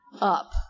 up